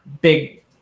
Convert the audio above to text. big